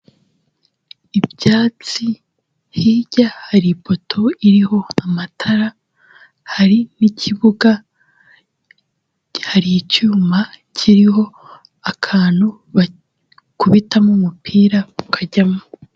Ibyatsi hirya hari ipoto iriho amatara, hari n'ikibuga, hari icyuma kiriho akantu bakubitamo umupira ukajyamo.